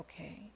Okay